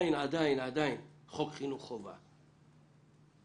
שעדיין חל חוק חינוך חובה,